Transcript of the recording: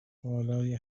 بالای